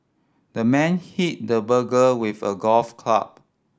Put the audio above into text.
the man hit the burglar with a golf club